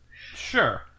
Sure